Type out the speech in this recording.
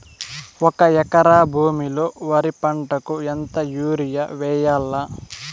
ఒక ఎకరా భూమిలో వరి పంటకు ఎంత యూరియ వేయల్లా?